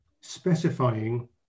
specifying